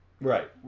Right